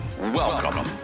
Welcome